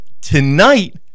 Tonight